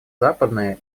западные